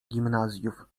gimnazjów